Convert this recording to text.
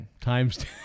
Times